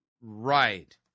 Right